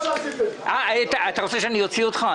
אתה רוצה שאוציא אותך?